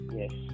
yes